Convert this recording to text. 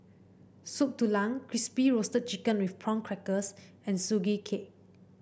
Soup Tulang Crispy Roasted Chicken with Prawn Crackers and Sugee Cake